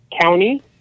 County